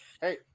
hey